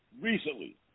recently